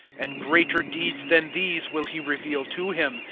and greater deeds than these will he reveal to him,